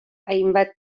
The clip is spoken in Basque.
hainbat